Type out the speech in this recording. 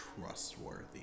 trustworthy